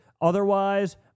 otherwise